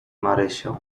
marysię